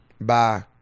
bye